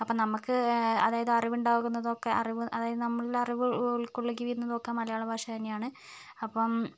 അപ്പം നമുക്ക് അതായത് അറിവുണ്ടാകുന്നതൊക്കെ അറിവ് അതായത് നമ്മളിൽ അറിവ് ഉൾക്കൊള്ളിക്കുന്നതൊക്കെ മലയാളഭാഷ തന്നെയാണ് അപ്പം